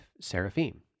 seraphim